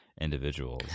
individuals